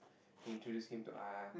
introduce him to us